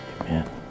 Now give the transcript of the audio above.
Amen